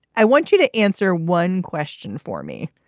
i want you to answer one question for me.